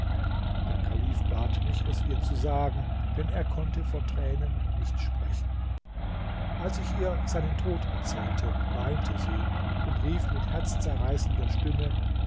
der kalif bat mich es ihr zu sagen denn er konnte vor tränen nicht sprechen als ich ihr seinen tod erzählte weinte sie und rief mit herzzerreißender stimme